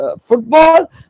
football